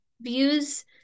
views